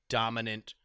dominant